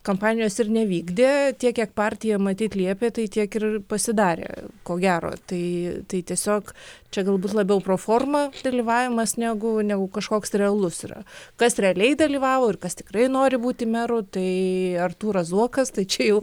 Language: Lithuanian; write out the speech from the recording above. kompanijos ir nevykdė tiek kiek partija matyt liepė tai tiek ir pasidarė ko gero tai tai tiesiog čia galbūt labiau pro forma dalyvavimas negu negu kažkoks realus yra kas realiai dalyvavo ir kas tikrai nori būti meru tai artūras zuokas tai čia jau